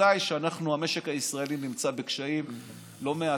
ודאי שהמשק הישראלי נמצא בקשיים לא מעטים,